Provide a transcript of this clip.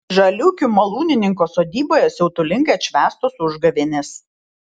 žaliūkių malūnininko sodyboje siautulingai atšvęstos užgavėnės